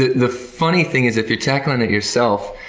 the funny thing is if you're tackling it yourself,